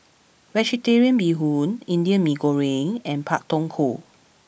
Vegetarian Bee Hoon Indian Mee Goreng and Pak Thong Ko